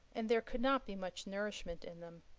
and there could not be much nourishment in them.